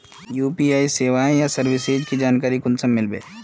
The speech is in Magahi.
यु.पी.आई सेवाएँ या सर्विसेज की जानकारी कुंसम मिलबे?